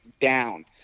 down